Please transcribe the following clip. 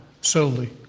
solely